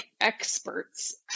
experts